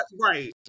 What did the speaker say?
right